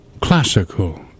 classical